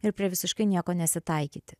ir prie visiškai nieko nesitaikyti